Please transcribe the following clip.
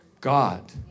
God